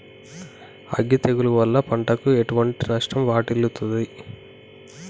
అగ్గి తెగులు వల్ల పంటకు ఎటువంటి నష్టం వాటిల్లుతది?